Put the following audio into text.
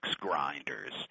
grinders